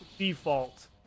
Default